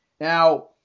Now